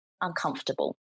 uncomfortable